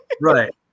right